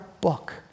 book